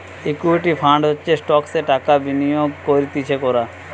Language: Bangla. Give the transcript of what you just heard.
ইকুইটি ফান্ড হচ্ছে স্টকসে টাকা বিনিয়োগ করতিছে কোরা